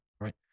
right